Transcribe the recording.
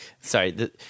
sorry